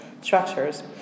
structures